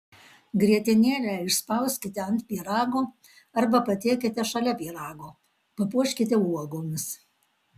grietinėlę išspauskite ant pyrago arba patiekite šalia pyrago papuoškite uogomis